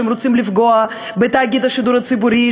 שרוצים לפגוע בתאגיד השידור הציבורי,